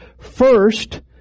first